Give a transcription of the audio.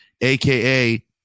AKA